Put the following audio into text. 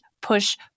push